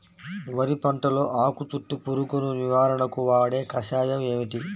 వరి పంటలో ఆకు చుట్టూ పురుగును నివారణకు వాడే కషాయం ఏమిటి?